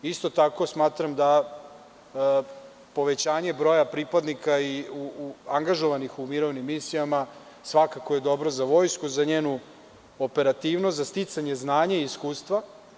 Isto tako, smatram da povećanje broja pripadnika angažovanih u mirovnim misijama, svakako je dobro za vojsku, za njenu operativnost, za sticanje znanja i iskustva.